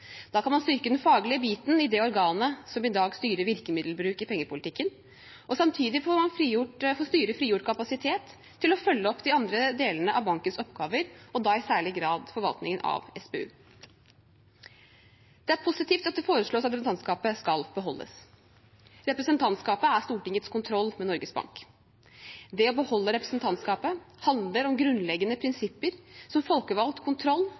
Da kan man styrke den faglige biten i det organet som i dag styrer virkemiddelbruk i pengepolitikken, og samtidig får styret frigjort kapasitet til å følge opp de andre delene av bankens oppgaver, og da i særlig grad forvaltningen av SPU. Det er positivt at det foreslås at representantskapet skal beholdes. Representantskapet er Stortingets kontroll med Norges Bank. Det å beholde representantskapet handler om grunnleggende prinsipper som folkevalgt kontroll